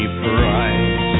price